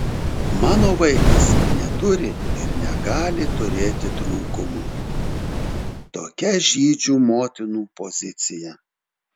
mano vaikas neturi ir negali turėti trūkumų tokia žydžių motinų pozicija